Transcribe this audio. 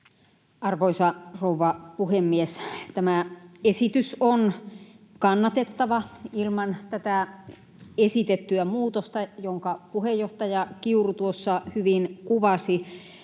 Arvoisa rouva puhemies! Tämä esitys on kannatettava. Ilman tätä esitettyä muutosta, jonka puheenjohtaja Kiuru tuossa hyvin kuvasi,